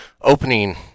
opening